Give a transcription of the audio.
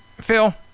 Phil